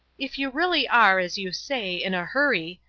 if you really are, as you say, in a hurry,